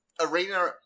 Arena